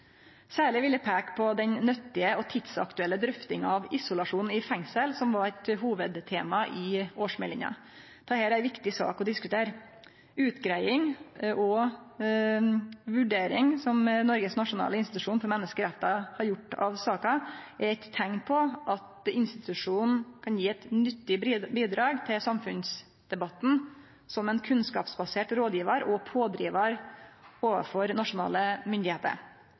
Særleg vil eg peike på den nyttige og tidsaktuelle drøftinga av isolasjon i fengsel, som var eit hovudtema i årsmeldinga. Dette er ei viktig sak å diskutere. Utgreiinga og vurderinga, som Noregs nasjonale institusjon for menneskerettar har gjort av saka, er eit teikn på at institusjonen kan gje eit nyttig bidrag til samfunnsdebatten som ein kunnskapsbasert rådgjevar og pådrivar overfor nasjonale myndigheiter.